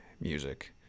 music